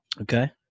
Okay